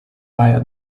via